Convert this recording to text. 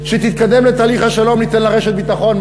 כשהיא תתקדם לתהליך השלום ניתן לה רשת ביטחון,